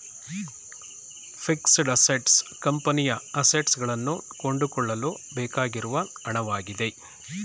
fixed assets ಕಂಪನಿಯ assets ಗಳನ್ನು ಕೊಂಡುಕೊಳ್ಳಲು ಬೇಕಾಗಿರುವ ಹಣವಾಗಿದೆ